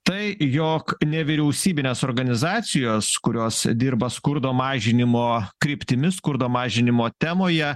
tai jog nevyriausybinės organizacijos kurios dirba skurdo mažinimo kryptimi skurdo mažinimo temoje